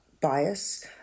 bias